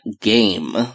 Game